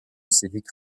civique